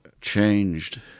changed